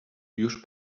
już